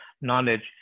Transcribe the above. knowledge